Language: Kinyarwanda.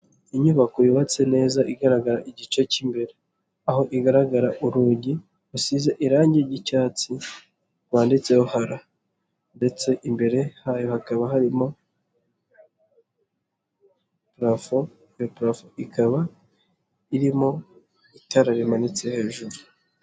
Inyubako yubatse neza igaragara igice cy'imbere, aho igaragara urugi rusize irange ry'icyatsi rwanditseho hara ndetse imbere hayo hakaba harimo purafo, iyo purafo ikaba irimo itara rimanitse hejuru.